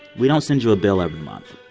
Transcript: we don't send you a bill every month.